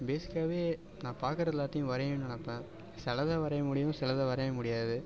பேசிக்காகவே நான் பார்க்கறத எல்லாத்தையும் வரையணும்ன்னு நினைப்பேன் சிலத வரைய முடியும் சிலத வரைய முடியாது